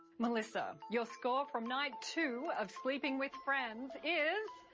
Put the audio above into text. melissa, your score from night two of sleeping with friends is.